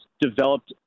developed